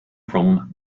from